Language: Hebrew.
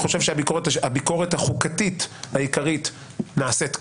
הביקורת החוקתית העיקרית נעשית כאן,